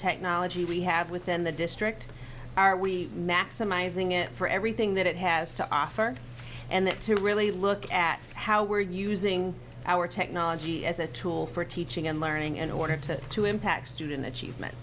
technology we have within the district are we maximizing it for everything that it has to offer and then to really look at how we're using our technology as a tool for teaching and learning in order to to impact student achievement